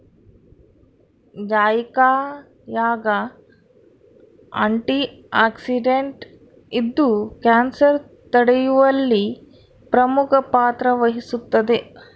ಜಾಯಿಕಾಯಾಗ ಆಂಟಿಆಕ್ಸಿಡೆಂಟ್ ಇದ್ದು ಕ್ಯಾನ್ಸರ್ ತಡೆಯುವಲ್ಲಿ ಪ್ರಮುಖ ಪಾತ್ರ ವಹಿಸುತ್ತದೆ